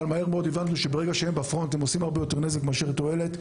אבל מהר מאוד הבנו שכאשר הם בפרונט הם עושים הרבה יותר נזק מאשר תועלת.